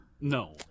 No